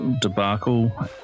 debacle